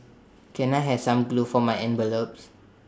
can I have some glue for my envelopes